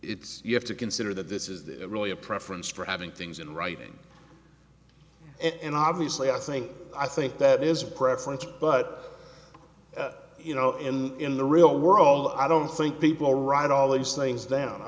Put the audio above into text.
it's you have to consider that this is really a preference for having things in writing and obviously i think i think that is a preference but you know in in the real world i don't think people write all these things